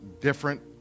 different